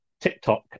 TikTok